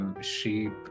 sheep